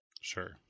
Sure